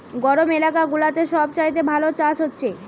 গরম এলাকা গুলাতে সব চাইতে ভালো চাষ হচ্ছে